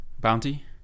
bounty